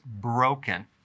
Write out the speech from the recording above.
broken